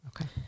Okay